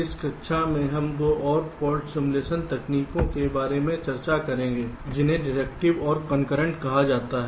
इस कक्षा में हम 2 और फाल्ट सिमुलेशन एल्गोरिदम पर चर्चा करेंगे जिन्हें डिडक्टिव और कनकरंट कहा जाता है